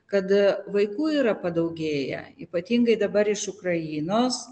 kad vaikų yra padaugėję ypatingai dabar iš ukrainos